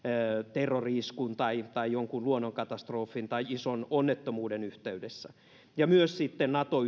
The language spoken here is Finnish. terrori iskun tai tai jonkin luonnonkatastrofin tai ison onnettomuuden yhteydessä ja myös sitten nato